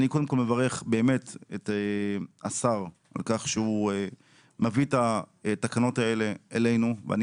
אני קודם כל מברך את השר על כך שהוא מביא את התקנות אלינו ואני